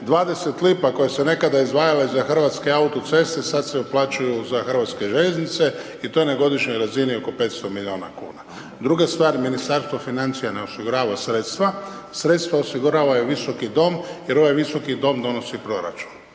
20 lipa koje se nekada izdvajalo za hrvatske autoceste, sad se uplaćuju sa hrvatske željeznice i to na godišnjoj razini oko 500 milijuna kuna. Druga stvar, Ministarstvo financija ne osigurava sredstva, sredstva osigurava ovaj Visoki dom jer ovaj Visoki dom donosi proračun